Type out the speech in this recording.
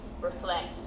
reflect